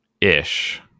ish